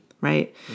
right